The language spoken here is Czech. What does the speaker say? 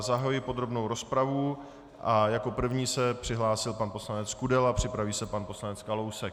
Zahajuji podrobnou rozpravu a jako první se přihlásil pan poslanec Kudela, připraví se pan poslanec Kalousek.